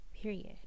period